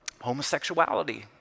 homosexuality